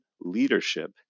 leadership